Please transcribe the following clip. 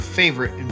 favorite